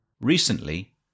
Recently